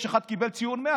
יש אחד שקיבל ציון 100?